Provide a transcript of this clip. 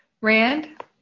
Rand